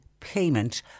payment